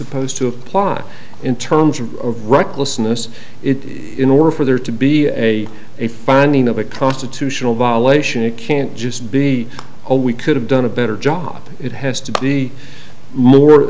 supposed to apply in terms of recklessness it is in order for there to be a a finding of a constitutional violation it can't just be a we could have done a better job it has to be more